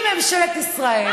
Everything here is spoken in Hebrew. אם ממשלת ישראל,